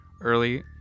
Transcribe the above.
early